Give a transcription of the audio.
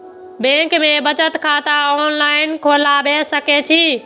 Bank में बचत खाता ऑनलाईन खोलबाए सके छी?